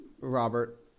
Robert